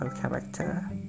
Character